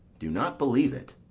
do not believe it.